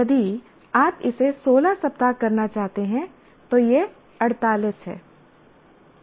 यदि आप इसे 16 सप्ताह करना चाहते हैं तो यह 48 है